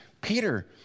Peter